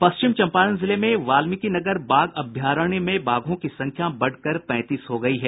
पश्चिम चंपारण जिले में वाल्मीकि नगर बाघ अभयारण्य में बाघों की संख्या बढ़कर पैंतीस हो गई है